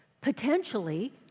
potentially